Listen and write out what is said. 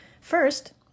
first